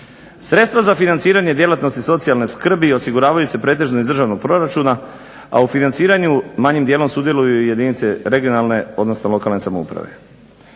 Sredstva za financiranje djelatnosti socijalne skrbi osiguravaju se pretežno iz državnog proračuna, a u financiranju manjim dijelom sudjeluju i jedinice regionalne, odnosno lokalne samouprave.